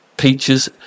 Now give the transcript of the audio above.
Peaches